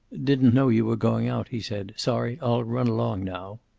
didn't know you were going out, he said. sorry. i'll run along now.